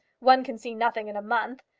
one can see nothing in a month.